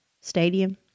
stadium